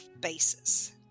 basis